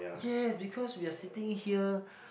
ya because we are sitting here